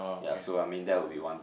ya so I mean that will be one